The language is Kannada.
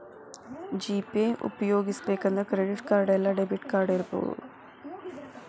ಜಿ.ಪೇ ಉಪ್ಯೊಗಸ್ಬೆಕಂದ್ರ ಕ್ರೆಡಿಟ್ ಕಾರ್ಡ್ ಇಲ್ಲಾ ಡೆಬಿಟ್ ಕಾರ್ಡ್ ಇರಬಕು